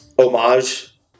homage